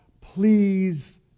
please